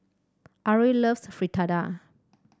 Ari loves Fritada